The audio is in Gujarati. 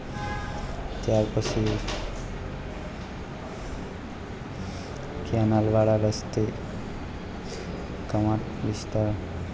ત્યારપછી કેનાલવાળા રસ્તે કમાટી વિસ્તાર